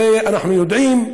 הרי אנחנו יודעים,